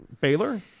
Baylor